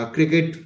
Cricket